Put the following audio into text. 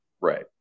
Right